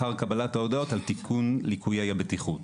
אחר קבלת ההודעות על תיקון ליקויי הבטיחות.